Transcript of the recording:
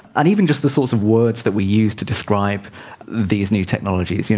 and even just the sorts of words that we use to describe these new technologies, you know,